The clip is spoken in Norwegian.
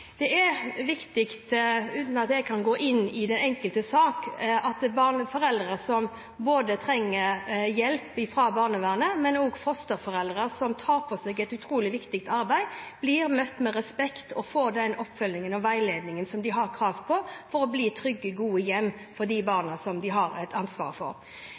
Det er viktig, uten at jeg kan gå inn i den enkelte sak, at foreldre som trenger hjelp fra barnevernet, og også fosterforeldre, som tar på seg et utrolig viktig arbeid, blir møtt med respekt og får den oppfølgingen og veiledningen de har krav på, for å gi barna de har et ansvar for, trygge, gode hjem. Vi ser dessverre at de